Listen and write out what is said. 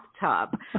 bathtub